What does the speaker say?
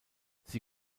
sie